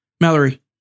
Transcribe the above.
Mallory